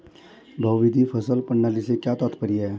बहुविध फसल प्रणाली से क्या तात्पर्य है?